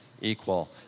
equal